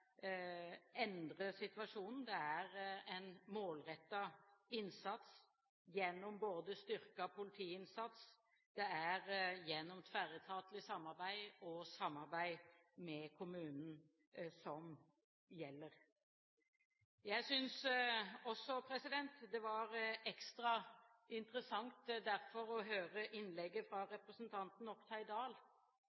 endre situasjonen. Det er en målrettet innsats gjennom styrket politiinnsats, gjennom tverretatlig samarbeid og samarbeid med kommunen, som gjelder. Jeg synes derfor det var ekstra interessant å høre innlegget fra